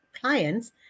clients